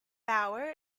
bauer